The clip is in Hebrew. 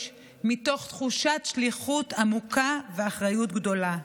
מתוך תחושת שליחות עמוקה ואחריות גדולה.